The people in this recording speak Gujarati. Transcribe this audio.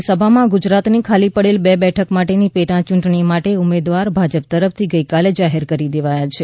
રાજ્યસભામાં ગુજરાતની ખાલી પડેલી બે બેઠક માટેની પેટા ચૂંટણી માટેના ઉમેદવાર ભાજપ તરફથી ગઇકાલે જાહેર કરી દેવાયા છે